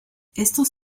estos